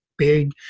big